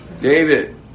David